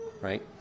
right